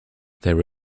there